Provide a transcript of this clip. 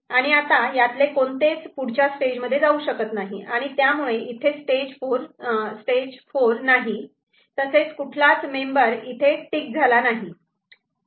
आणि आता यातले कोणतेच पुढच्या स्टेजमध्ये जाऊ शकत नाही आणि त्यामुळे इथे स्टेज 4 नाही तसेच कुठलाच मेंबर इथे टिक झाला नाही